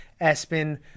Espen